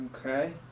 okay